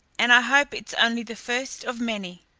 and i hope it's only the first of many.